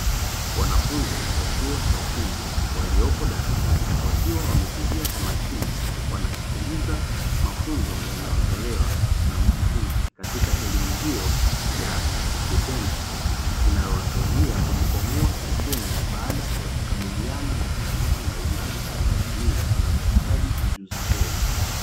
Wanafunzi wa chuo cha ufundi waliopo darasani wakiwa wametulia kwa makini wanasikiliza mafunzo yanayotolewa na mkufunzi katika elimu hiyo ya vitendo, inayowasaidia kujikwamua kiuchumi baada ya kukabiliana na changamoto mbalimbali katika jamii zinazohitaji ujuzi huo.